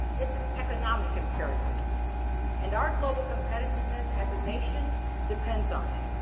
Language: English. it's an economic imperative and our global competitiveness as a nation depends on it.